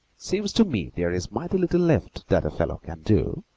seems to me there's mighty little left that a fellow can do,